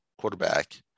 quarterback